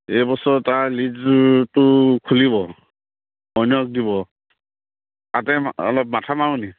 এইবছৰ তাৰ লিজটো খুলিব অন্যক দিব তাতে অলপ মাথা মাৰোনি